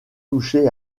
toucher